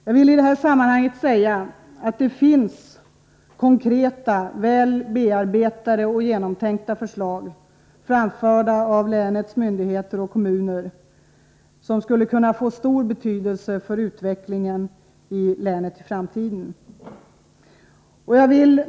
Jag vill i detta sammanhang säga att det finns konkreta, väl bearbetade och genomtänkta förslag, framförda av länets myndigheter och kommuner, som skulle kunna få stor betydelse för länets framtida utveckling.